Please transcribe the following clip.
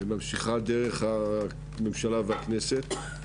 וממשיכה דרך הממשלה והכנסת.